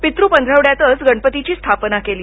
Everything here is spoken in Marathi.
पितृपंधरवड्यातच गणपतीची स्थापना केली